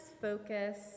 focus